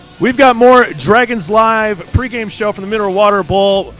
we've got more dragons live pregame show from the mineral water bowl.